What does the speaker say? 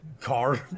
car